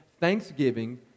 Thanksgiving